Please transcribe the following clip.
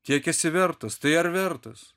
kiek esi vertas tai ar vertas